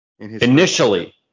initially